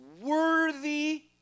worthy